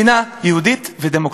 מדינה יהודית ודמוקרטית.